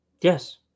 Yes